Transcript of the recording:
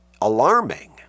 alarming